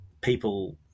people